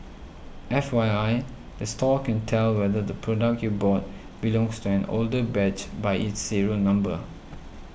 F Y I the store can tell whether the product you bought belongs to an older batch by its serial number